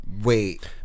wait